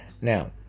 Now